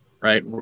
right